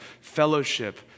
fellowship